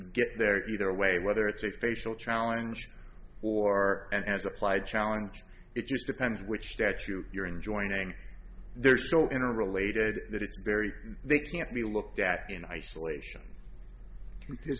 get there either way whether it's a facial challenge or and as applied challenge it just depends which statute you're in joining there so in related that it's very they can't be looked at in isolation